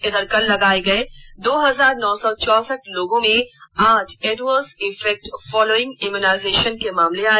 इधर कल लगाए गए दो हजार नौ सौ चौसठ लोगों में आठ adverse effect following immunization के मामले आए